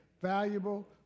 valuable